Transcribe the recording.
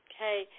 Okay